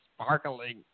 sparkling